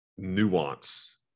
nuance